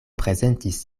prezentis